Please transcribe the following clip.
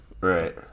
Right